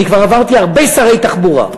אני כבר עברתי הרבה שרי תחבורה: